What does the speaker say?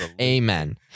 Amen